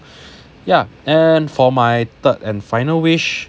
yeah and for my third and final wish